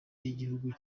y’igihugu